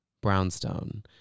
brownstone